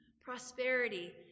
prosperity